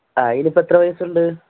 ആ അതിനിപ്പോഴെത്ര വയസ്സുണ്ട്